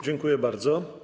Dziękuję bardzo.